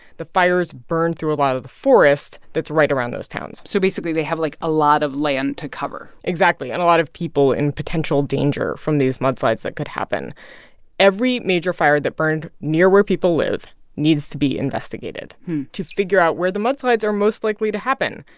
the fires burned through a lot of the forest that's right around those towns so, basically, they have, like, a lot of land to cover exactly, and a lot of people in potential danger from these mudslides that could happen every major fire that burned near where people live needs to be investigated to figure out where the mudslides are most likely to happen.